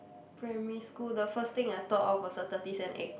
primary school the first thing I thought of a third thirties and eight